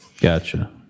Gotcha